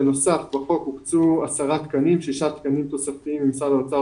בחוק הוקצו 10 תקנים - שישה תקנים תוספתיים ממשרד האוצר